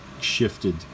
shifted